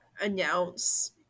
announce